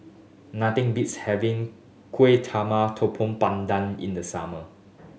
nothing beats having kuih talma topong pandan in the summer